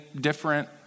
different